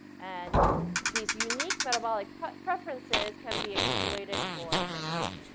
and these unique metabolic preferences can be exploited for therapy.